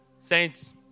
Saints